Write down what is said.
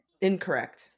Incorrect